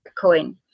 coin